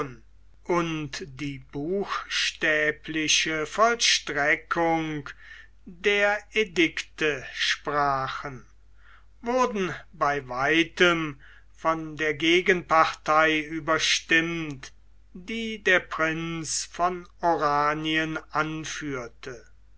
und die buchstäbliche vollstreckung der edikte sprachen wurden bei weitem von der gegenpartei überstimmt die der prinz von oranien anführte